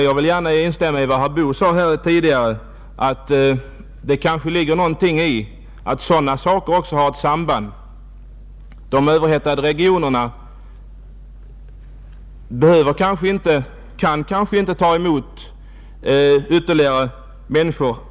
Jag vill gärna instämma i vad herr Boo sade 'här tidigare, att denna fråga kanske har samband också med sådana saker, De överhettade regionerna kan knappast ta emot ytterligare människor.